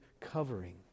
covering